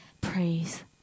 praise